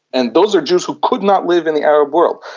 and those are jews who could not live in the arab world.